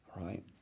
Right